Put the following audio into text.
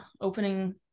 opening